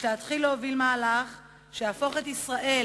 יש להתחיל להוביל מהלך שיהפוך את ישראל